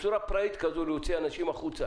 בצורה פראית כזאת להוציא אנשים החוצה